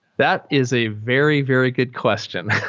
that is a very, very good question.